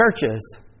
churches